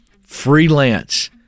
freelance